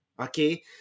okay